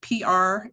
PR